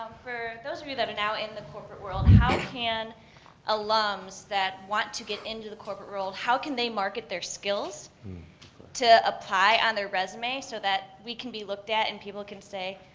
for those of you that are now in the corporate world, how can alums that want to get into the corporate world, how can they market their skills to apply on their resume so that we can be looked at and people can say,